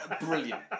Brilliant